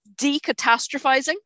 decatastrophizing